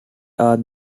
are